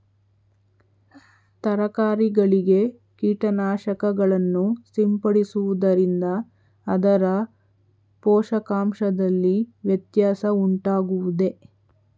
ತರಕಾರಿಗಳಿಗೆ ಕೀಟನಾಶಕಗಳನ್ನು ಸಿಂಪಡಿಸುವುದರಿಂದ ಅದರ ಪೋಷಕಾಂಶದಲ್ಲಿ ವ್ಯತ್ಯಾಸ ಉಂಟಾಗುವುದೇ?